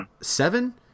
Seven